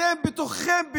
אתם בתוככם,